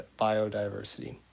biodiversity